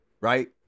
Right